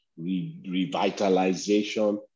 revitalization